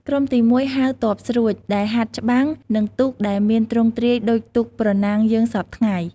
ក្រុមទី១ ហៅ ទ័ពស្រួច ដែលហាត់ច្បាំង និងទូកដែលមានទ្រង់ទ្រាយ ដូចទូកប្រណាំងយើងសព្វថ្ងៃ។